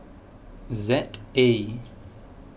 Z A